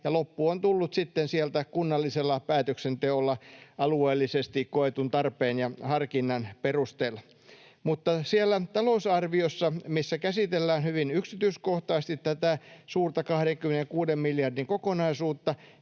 loppu on tullut sitten kunnallisella päätöksenteolla alueellisesti koetun tarpeen ja harkinnan perusteella. Mutta siellä talousarviossa, missä käsitellään hyvin yksityiskohtaisesti tätä suurta 26 miljardin kokonaisuutta,